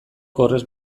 horrek